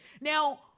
Now